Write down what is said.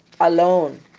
alone